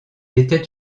était